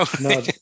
no